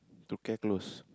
to care close